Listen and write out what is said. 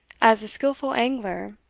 as a skilful angler,